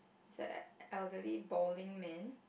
it's like uh elderly balding man